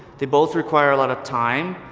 they both require a lot of time,